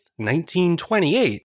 1928